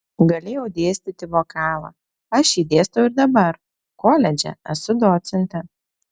galėjau dėstyti vokalą aš jį dėstau ir dabar koledže esu docentė